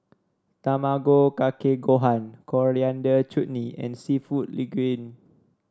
Tamago Kake Gohan Coriander Chutney and seafood Linguine